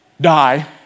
die